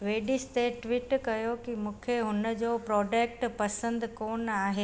वेडीस ते ट्वीट कयो की मूंखे हुन जो प्रोडक्ट पसंदि कोनि आहे